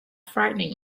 frightening